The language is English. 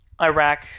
Iraq